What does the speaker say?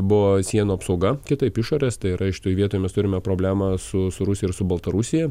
buvo sienų apsauga kitaip išorės tai yra šitoj vietoj mes turime problemą su su rusija ir su baltarusija